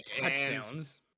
touchdowns